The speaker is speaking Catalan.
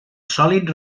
sòlid